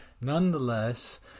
nonetheless